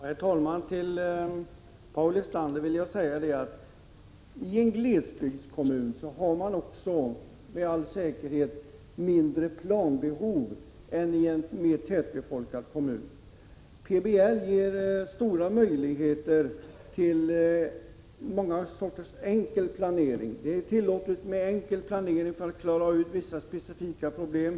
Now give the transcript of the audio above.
Herr talman! Till Paul Lestander vill jag säga följande. I en glesbygdskommun har man också med all säkerhet mindre planbehov än man har i en mer tätbefolkad kommun. PBL ger stora möjligheter till många sorters enkel planering. Det är tillåtet med enkel planering för att klara ut vissa specifika problem.